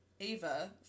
Ava